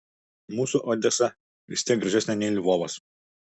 mūsų odesa vis tiek gražesnė nei lvovas